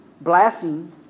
blessing